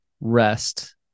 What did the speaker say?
rest